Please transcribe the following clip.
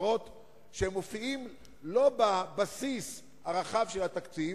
שמופיעים לא בבסיס הרחב של התקציב,